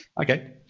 Okay